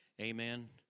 Amen